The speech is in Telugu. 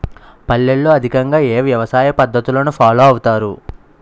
పల్లెల్లో అధికంగా ఏ వ్యవసాయ పద్ధతులను ఫాలో అవతారు?